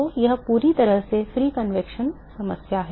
तो यह पूरी तरह से मुक्त संवहन समस्या है